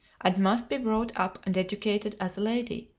and must be brought up and educated as a lady,